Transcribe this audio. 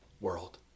world